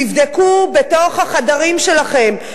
תבדקו בתוך החדרים שלכם,